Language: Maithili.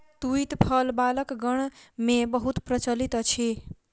तूईत फल बालकगण मे बहुत प्रचलित अछि